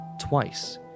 twice